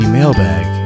Mailbag